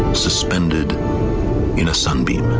suspended in a sunbeam.